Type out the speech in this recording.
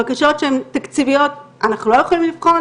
בקשות שהן תקציביות אנחנו לא יכולים לבחון.